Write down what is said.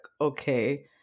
okay